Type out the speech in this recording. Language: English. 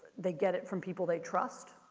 they get it from people they trust.